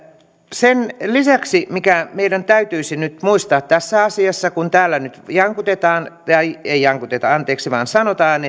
sen lisäksi mikä meidän täytyisi nyt muistaa tässä asiassa kun täällä nyt jankutetaan tai ei jankuteta anteeksi vaan sanotaan